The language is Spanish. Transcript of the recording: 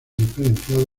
diferenciado